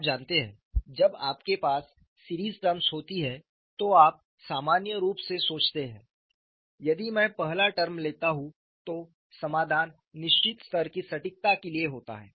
आप जानते हैं जब आपके पास सीरीज टर्म्स होती हैं तो आप सामान्य रूप से सोचते हैं यदि मैं पहला टर्म लेता हूं तो समाधान निश्चित स्तर की सटीकता के लिए होता है